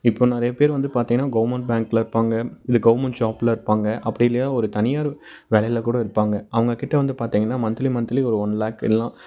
இப்போ நிறையப் பேர் வந்து பார்த்தீங்கன்னா கவுர்மெண்ட் பேங்க்ல இருப்பாங்க இல்லை கவுர்மெண்ட் ஜாப்ல இருப்பாங்க அப்படி இல்லையா ஒரு தனியார் வேலையிலக்கூட இருப்பாங்க அவங்கக்கிட்ட வந்து பார்த்தீங்கன்னா மந்த்லி மந்த்லி ஒரு ஒன் லாக் இல்லைன்னா